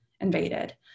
invaded